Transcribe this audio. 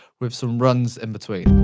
with some runs in between.